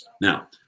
Now